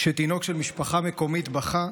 כשתינוק של משפחה מקומית בכה,